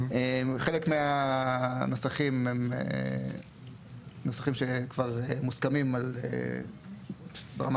חלק מהנוסחים הם נוסחים שכבר מוסכים ברמה